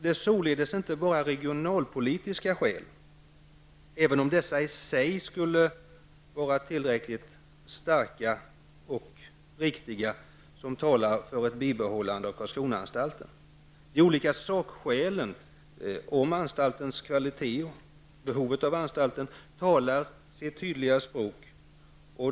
Det finns således inte bara regionalpolitiska skäl -- även om dessa i sig är tillräckligt starka -- som talar för ett bibehållande av Karlskronaanstalten. Sakskälen, om anstaltens kvalitet och behovet av anstalten, talar sitt tydliga språk.